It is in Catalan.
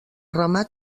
remat